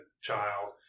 child